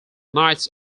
knights